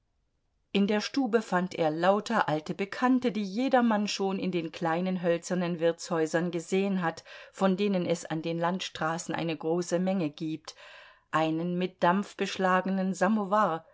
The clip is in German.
in der stube fand er lauter alte bekannte die jedermann schon in den kleinen hölzernen wirtshäusern gesehen hat von denen es an den landstraßen eine große menge gibt einen mit dampf beschlagenen samowar